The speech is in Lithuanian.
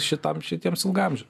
šitam šitiems ilgaamžiam